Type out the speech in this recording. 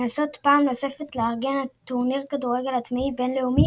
לנסות פעם נוספת לארגן טורניר כדורגל עצמאי בין-לאומי